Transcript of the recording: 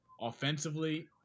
Offensively